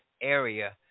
area